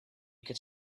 could